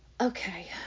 Okay